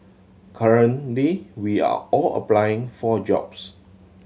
currently we are all applying for jobs